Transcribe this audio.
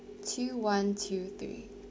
two one two three